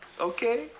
Okay